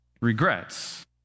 regrets